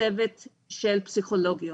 וצוות של פסיכולוגיות